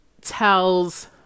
tells